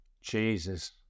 Jesus